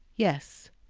yes.